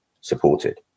supported